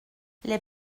les